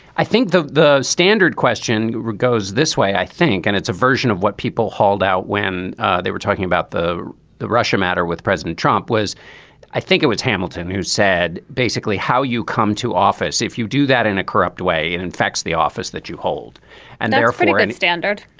i think the the standard question goes this way i think and it's a version of what people hauled out when they were talking about the the russia matter with president trump was i think it was hamilton who said basically how you come to office if you do that in a corrupt way and infects the office that you hold and therefore any standard.